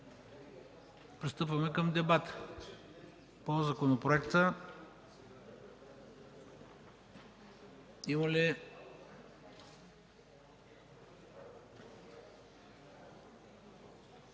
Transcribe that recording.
Пристъпваме към дебата по законопроекта. Има ли